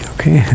Okay